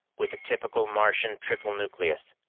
with the typical martian triple nucleus.